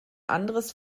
anderes